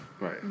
Right